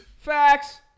Facts